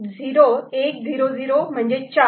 0 1 0 0 म्हणजे 4